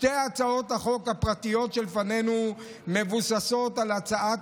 שתי הצעות החוק הפרטיות שלפנינו מבוססות על הצעת